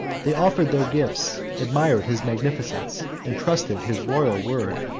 they offered their gifts, admired his magnificence, and trusted his royal word.